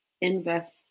invest